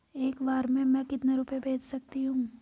एक बार में मैं कितने रुपये भेज सकती हूँ?